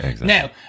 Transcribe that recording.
Now